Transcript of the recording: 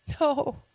No